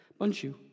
Bunchu